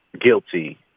guilty